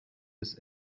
his